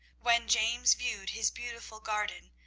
when james viewed his beautiful garden,